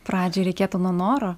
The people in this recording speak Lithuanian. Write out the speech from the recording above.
pradžiai reikėtų nuo noro